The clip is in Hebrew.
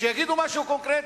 שיגידו משהו קונקרטי.